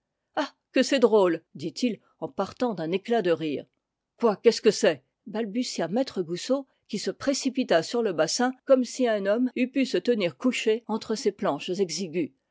ah que c'est drôle dit-il en partant d'un éclat de rire quoi qu'est-ce que c'est balbutia maître goussot qui se précipita sur le bassin comme si un homme eût pu se tenir couché entre ces planches exiguës